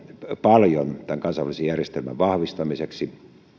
paljon tämän kansainvälisen järjestelmän vahvistamiseksi